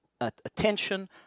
attention